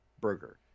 burger